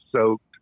soaked